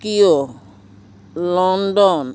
Tokyo London